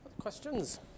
Questions